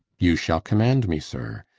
you shall command me, sir.